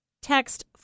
text